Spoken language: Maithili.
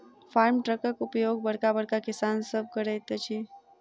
फार्म ट्रकक उपयोग बड़का बड़का किसान सभ करैत छथि